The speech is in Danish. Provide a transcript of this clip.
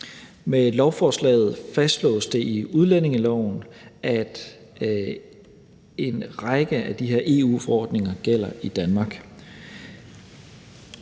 Med lovforslaget fastslås det i udlændingeloven, at en række af de her EU-forordninger gælder i Danmark.